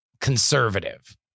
conservative